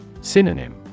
Synonym